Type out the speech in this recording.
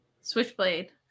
Switchblade